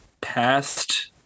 past